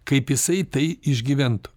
kaip jisai tai išgyventų